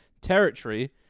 territory